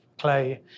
Clay